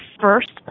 first